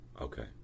Okay